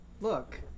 look